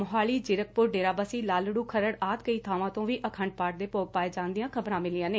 ਸੋਹਾਲੀ ਜੀਰਕਪੁਰ ਡੇਰਾਬਸੀ ਲਾਲੜੂ ਖਰੜ ਆਦਿ ਕਈ ਬਾਵਾਂ ਤੋਂ ਵੀ ਅਖੰਡ ਪਾਠ ਦੇ ਭੋਗ ਪਾਏ ਜਾਣ ਦੀਆਂ ਖਬਰਾਂ ਮਿਲੀਆਂ ਨੇ